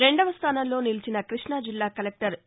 రెండవ స్థానంలో నిలిచిన కృష్ణ జిల్లా కలెక్టర్ ఎ